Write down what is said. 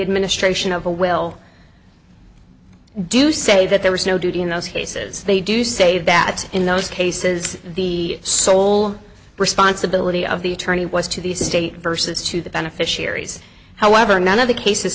administration of a will do you say that there was no duty in those cases they do say that in those cases the sole responsibility of the attorney was to the state versus to the beneficiaries however none of the cases